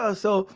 ah so